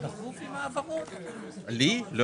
לא.